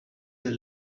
your